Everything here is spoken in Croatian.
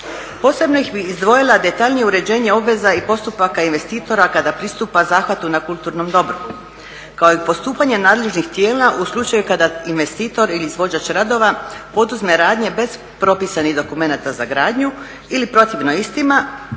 Posebno bih izdvojila detaljnije uređenje obveza i postupaka investitora kada pristupa zahvatu na kulturnom dobru kao i postupanje nadležnih tijela u slučaju kada investitor ili izvođač radova poduzme radnje bez propisanih dokumenata za gradnju ili protivno istima